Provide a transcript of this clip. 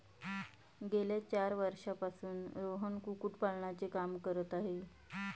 गेल्या चार वर्षांपासून रोहन कुक्कुटपालनाचे काम करत आहे